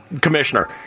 commissioner